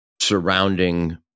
surrounding